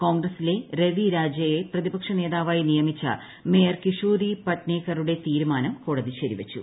കോൺഗ്രസ്സിലെ രവി രാജയെ പ്രതിപക്ഷ നേതാവായി നിയമിച്ച മേയർ കിഷോരി പഡ്നേക്കറുടെ തീരുമാനം കോടതി ശരിവച്ചു